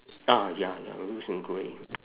ah ya ya the wheels in grey